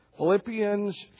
Philippians